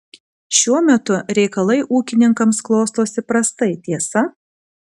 šiuo metu reikalai ūkininkams klostosi prastai tiesa